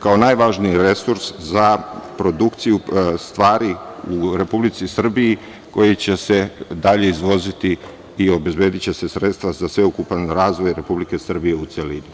kao najvažniji resurs za produkciju stvari u Republici Srbiji, a koji će se dalje izvoziti i obezbediće se sredstva za sveukupan razvoj Republike Srbije u celini.